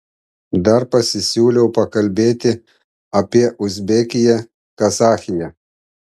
dar pasisiūliau pakalbėti apie uzbekiją kazachiją